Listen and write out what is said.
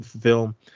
film